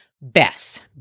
Bess